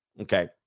Okay